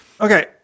Okay